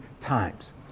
times